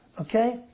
Okay